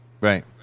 Right